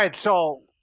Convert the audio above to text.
and so,